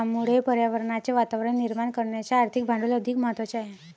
त्यामुळे पर्यावरणाचे वातावरण निर्माण करण्याचे आर्थिक भांडवल अधिक महत्त्वाचे आहे